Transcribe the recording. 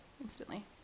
instantly